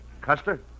Custer